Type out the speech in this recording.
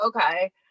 okay